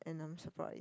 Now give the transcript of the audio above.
and I'm so proud of it